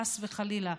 חס וחלילה,